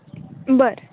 बरं